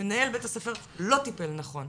מנהל בית הספר לא טיפל נכון,